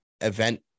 event